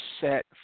set